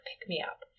pick-me-up